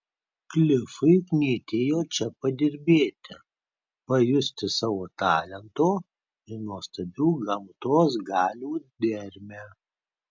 klifui knietėjo čia padirbėti pajusti savo talento ir nuostabių gamtos galių dermę